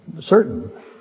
certain